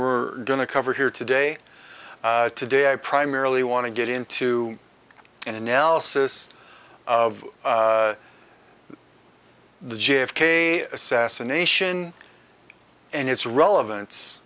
we're going to cover here today today i primarily want to get into an analysis of the j f k assassination and its relevance